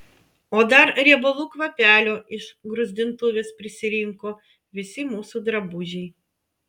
o dar riebalų kvapelio iš gruzdintuvės prisirinko visi mūsų drabužiai